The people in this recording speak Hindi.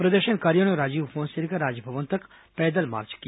प्रदर्शनकारियों ने राजीव भवन से लेकर राजभवन तक पैदल मार्च किया